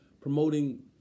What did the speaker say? promoting